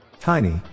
tiny